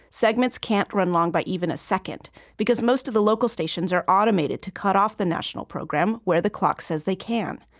segments can't run long by even a second because most of the local stations are automated to cut off the national program where the clock says they can.